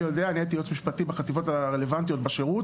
אני הייתי יועץ משפטי בחטיבות הרלוונטיות בשירות.